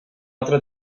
altra